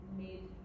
made